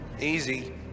Easy